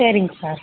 சரிங்க சார்